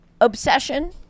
obsession